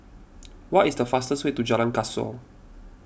what is the fastest way to Jalan Kasau